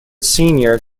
senior